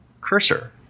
cursor